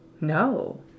no